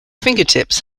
fingertips